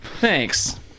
thanks